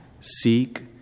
seek